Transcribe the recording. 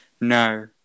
no